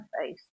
face